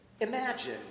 Imagine